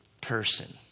person